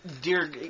dear